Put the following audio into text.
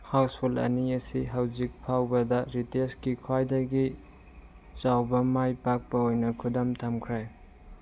house ꯐꯨꯜ ꯑꯅꯤ ꯑꯁꯤ ꯍꯧꯖꯤꯛ ꯐꯥꯎꯕꯗ ꯔꯤꯇꯦꯁꯀꯤ ꯈ꯭ꯋꯥꯏꯗꯒꯤ ꯆꯥꯎꯕ ꯃꯥꯏ ꯄꯥꯛꯄ ꯑꯣꯏꯅ ꯈꯨꯗꯝ ꯊꯝꯈ꯭ꯔꯦ